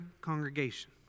congregation